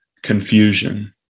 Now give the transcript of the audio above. confusion